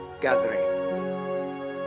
gathering